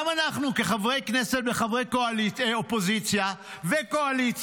גם אנחנו, כחברי כנסת וחברי אופוזיציה וקואליציה,